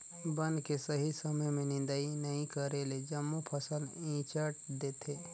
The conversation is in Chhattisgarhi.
बन के सही समय में निदंई नई करेले जम्मो फसल ईचंट देथे